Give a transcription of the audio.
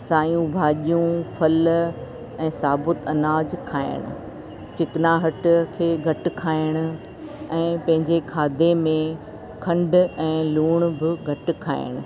साइयूं भाॼियूं फल ऐं साबुत अनाज खाइणु चिकनाहट खे घटि खाइण ऐं पंहिंजे खाधे में खंड ऐं लूण बि घटि खाइणु